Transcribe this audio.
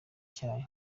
cyayi